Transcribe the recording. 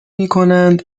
میکنند